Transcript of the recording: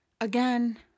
Again